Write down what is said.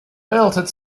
melted